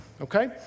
okay